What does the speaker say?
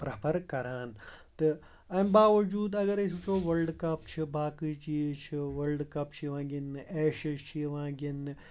prefer کَران تہٕ اَمہِ باوجوٗد اَگر أسۍ وٕچھو وٲلڈٕ کَپ چھِ باقٕے چیٖز چھِ وٕٲلڈٕ کَپ چھِ یِوان گِنٛدنہٕ ایشیاہَس چھِ یِوان گنٛدنہٕ